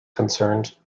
concerned